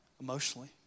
emotionally